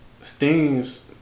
Steams